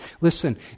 Listen